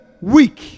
weak